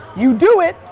you do it,